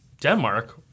Denmark